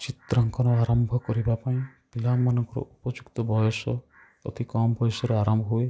ଚିତ୍ରାଙ୍କନ ଆରମ୍ଭ କରିବା ପାଇଁ ପିଲାମାନଙ୍କ ଉପଯୁକ୍ତ ବୟସ ଅତି କମ୍ ବୟସରୁ ଆରମ୍ଭ ହୁଏ